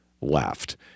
left